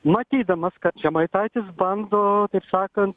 matydamas kad žemaitaitis bando taip sakant